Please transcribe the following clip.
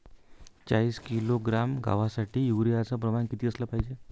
चाळीस किलोग्रॅम गवासाठी यूरिया च प्रमान किती असलं पायजे?